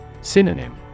Synonym